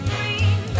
Green